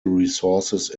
resources